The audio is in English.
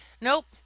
nope